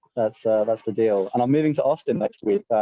that's a, that's the deal. and i'm moving to austin next week.